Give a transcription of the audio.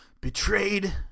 betrayed